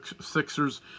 Sixers